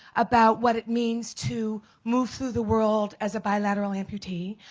about what it means to move through the world as a bilateral amputee.